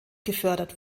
gefördert